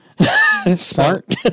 smart